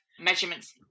measurements